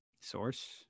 source